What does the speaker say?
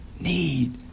need